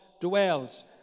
dwells